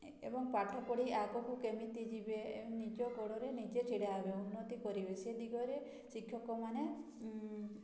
ଏବଂ ପାଠ ପଢ଼ି ଆଗକୁ କେମିତି ଯିବେ ନିଜ ଗୋଡ଼ରେ ନିଜେ ଛିଡ଼ାହେବେ ଉନ୍ନତି କରିବେ ସେ ଦିଗରେ ଶିକ୍ଷକମାନେ